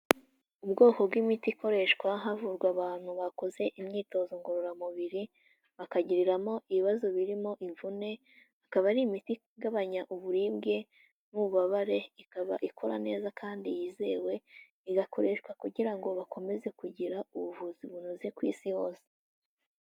Ubwoko bw'imiti ikoreshwa havurwa abantu bakoze imyitozo ngororamubiri bakagiriramo ibibazo birimo imvune, ikaba ari imiti igabanya uburibwe n'ububabare, ikaba ikora neza kandi yizewe, igakoreshwa kugira ngo bakomeze kugira ubuvuzi bunoze ku isi hose.